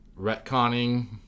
retconning